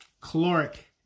caloric